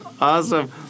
Awesome